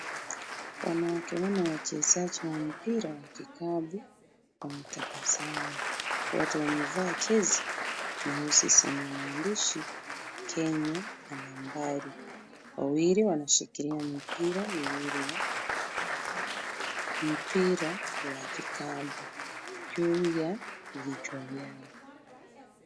Wanawake wanne wachezaji wa mpira wa kikapu wametabasamu. Wote wamevaa jezi nyeusi zenye maandishi Kenya na nambari. Wawili wanashikilia mipira miwili ya mpira wa kikapu juu ya vichwa vyao.